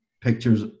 pictures